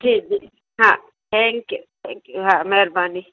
ठीकु हा thank you thank you हा महिरबानी